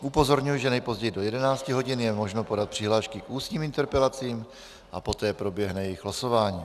Upozorňuji, že nejpozději do 11 hodin je možno podat přihlášky k ústním interpelacím a poté proběhne jejich losování.